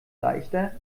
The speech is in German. leichter